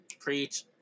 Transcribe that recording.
preach